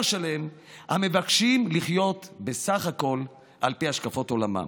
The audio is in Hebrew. שלם שבסך הכול מבקש לחיות על פי השקפת עולמו.